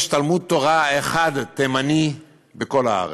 יש תלמוד-תורה תימני אחד בכל הארץ.